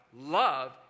love